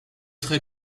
très